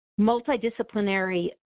Multidisciplinary